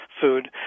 food